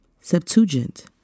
Septuagint